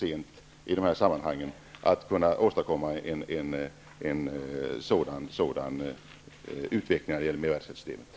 Det är för sent att åstadkomma en sådan utveckling när det gäller mervärdesskattesystemet.